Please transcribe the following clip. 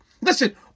listen